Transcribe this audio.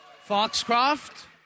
Foxcroft